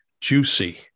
juicy